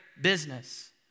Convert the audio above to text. business